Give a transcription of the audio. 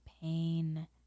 pain